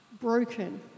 broken